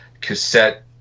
cassette